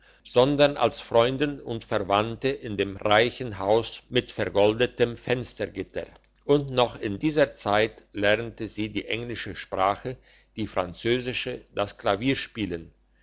sondern als freundin und verwandte in dem reichen haus mit vergoldetem fenstergitter und noch in dieser zeit lernte sie die englische sprache die französische das klavierspielen